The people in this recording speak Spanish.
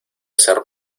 ser